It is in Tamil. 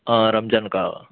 ஆ ரம்ஜானுக்கா